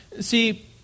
See